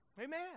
Amen